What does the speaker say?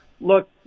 look